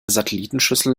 satellitenschüssel